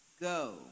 Go